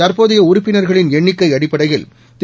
தற்போதைய உறுப்பினர்களின் எண்ணிக்கை அடிப்படையில் திரு